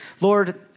Lord